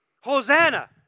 Hosanna